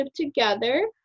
together